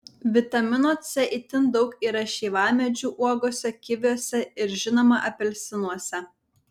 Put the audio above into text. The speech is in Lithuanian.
vitamino c itin daug yra šeivamedžių uogose kiviuose ir žinoma apelsinuose